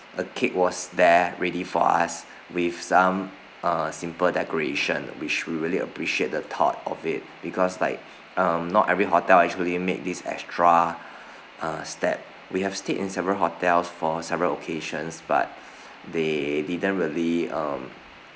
a cake was there ready for us with some uh simple decoration which we really appreciate the thought of it because like um not every hotel actually make this extra uh step we have stayed in several hotels for several occasions but they didn't really um